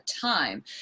time